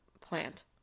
plant